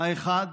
האחד